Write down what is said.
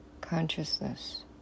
consciousness